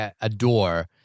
adore